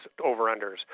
over-unders